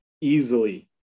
easily